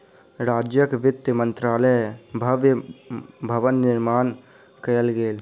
राज्यक वित्त मंत्रालयक भव्य भवन निर्माण कयल गेल